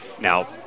Now